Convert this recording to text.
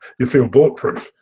you feel bulletproof.